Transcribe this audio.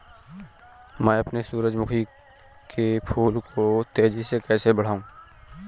मैं अपने सूरजमुखी के फूल को तेजी से कैसे बढाऊं?